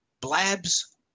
blabs